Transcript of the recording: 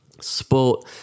Sport